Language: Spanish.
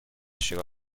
llegó